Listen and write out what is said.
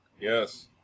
Yes